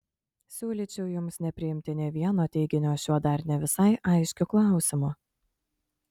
siūlyčiau jums nepriimti nė vieno teiginio šiuo dar ne visai aiškiu klausimu